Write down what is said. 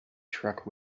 truck